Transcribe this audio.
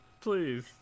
Please